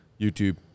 YouTube